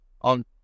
on